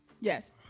Yes